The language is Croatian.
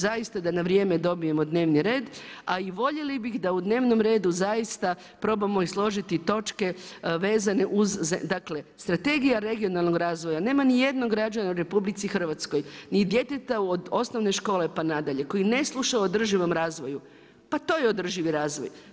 Zaista da vrijeme dobijemo dnevni red a i voljeli bi da u dnevnom redu zaista probamo i složiti točke vezane uz dakle, Strategija regionalnog razvoja, nema nijednog građana u RH ni djeteta od osnovne škole pa nadalje, koji ne sluša o održivom razvoju, pa to je održivi razvoj.